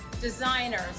designers